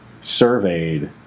surveyed